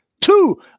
Two